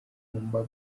igomba